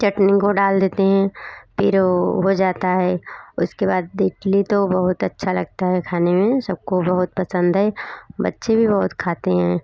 चटनी को डाल देते हैं फिर वो हो जाता है उसके बाद इडली तो बहुत अच्छी लगती है खाने में सब को बहुत पसंद है बच्चे भी बहुत खाते हैं